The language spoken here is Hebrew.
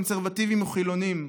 קונסרבטיבים או חילונים.